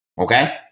Okay